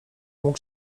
mógł